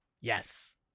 yes